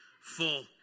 full